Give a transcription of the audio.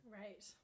Right